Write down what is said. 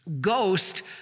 ghost